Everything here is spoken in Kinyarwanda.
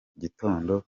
gitondo